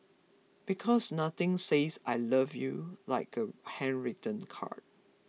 because nothing says I love you like a handwritten card